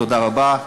תודה רבה.